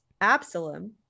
absalom